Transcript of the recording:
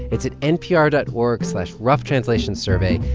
it's at npr dot org slash roughtranslationsurvey.